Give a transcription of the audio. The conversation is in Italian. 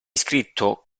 scritto